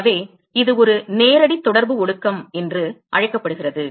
எனவே இது ஒரு நேரடி தொடர்பு ஒடுக்கம் என்று அழைக்கப்படுகிறது